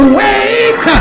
wait